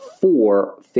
four